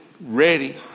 ready